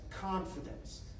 confidence